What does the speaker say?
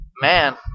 Man